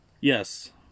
yes